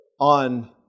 on